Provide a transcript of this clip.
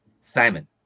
Simon